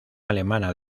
alemana